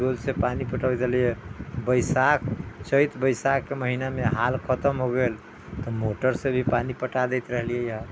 डोल से पानी पटेबैत रहलियै बैसाख चैत बैसाख महिना मे हाल खतम हो गेल तऽ मोटर से भी पानि पटा दैत रहलियै ह